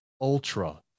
Ultra